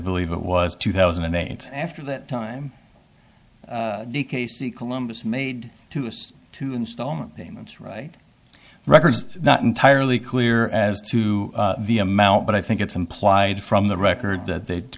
believe it was two thousand and eight after that time the k c columbus made two us two installment payments right records not entirely clear as to the amount but i think it's implied from the record that they